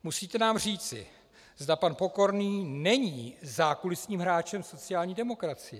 Musíte nám říci, zda pan Pokorný není zákulisním hráčem sociální demokracie.